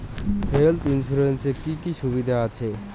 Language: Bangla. হেলথ ইন্সুরেন্স এ কি কি সুবিধা আছে?